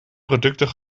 producten